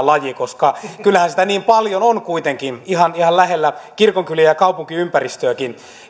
laji koska kyllähän sitä niin paljon on kuitenkin ihan ihan lähellä kirkonkyliä ja kaupunkiympäristöjäkin